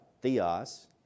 theos